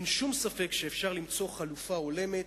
אין שום ספק שאפשר למצוא חלופה הולמת,